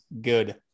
good